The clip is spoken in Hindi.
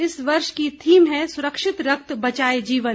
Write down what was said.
इस वर्ष की थीम है सुरक्षित रक्त बचाए जीवन